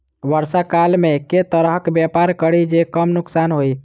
वर्षा काल मे केँ तरहक व्यापार करि जे कम नुकसान होइ?